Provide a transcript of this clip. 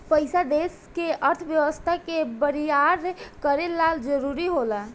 पइसा देश के अर्थव्यवस्था के बरियार करे ला जरुरी होला